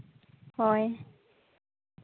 ᱦᱳᱭ